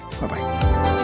Bye-bye